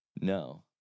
no